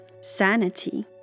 sanity